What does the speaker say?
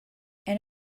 and